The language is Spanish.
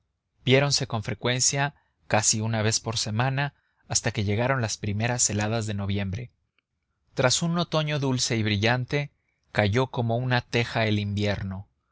viéronse con frecuencia casi una vez por semana hasta que llegaron las primeras heladas de noviembre tras un otoño dulce y brillante cayó como una teja el invierno